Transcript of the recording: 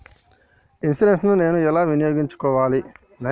Insurance ని నేను ఎలా వినియోగించుకోవాలి?